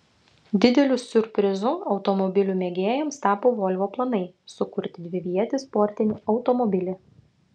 dideliu siurprizu automobilių mėgėjams tapo volvo planai sukurti dvivietį sportinį automobilį